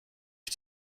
ich